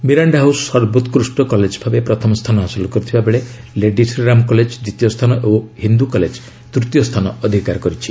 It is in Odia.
ମେରାଣ୍ଡା ହାଉସ୍ ସର୍ବୋକୃଷ୍ଟ କଲେଜ୍ ଭାବେ ପ୍ରଥମ ସ୍ଥାନ ହାସଲ କରିଥିବାବେଳେ ଲେଡି ଶ୍ରୀରାମ କଲେଜ୍ ଦ୍ୱିତୀୟ ସ୍ଥାନ ଓ ହିନ୍ଦୁ କଲେଜ୍ ତୂତୀୟ ସ୍ଥାନ ଅଧିକାର କରିଛି